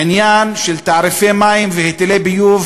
העניין של תעריפי מים והיטלי ביוב,